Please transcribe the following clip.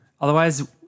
Otherwise